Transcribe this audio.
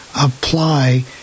apply